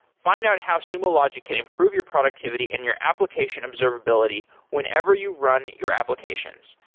find out how sumo logic can improve your productivity in your application observability whenever you run your applications.